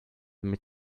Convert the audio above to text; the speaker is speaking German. mit